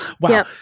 wow